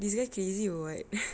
this guy crazy or what